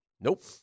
Nope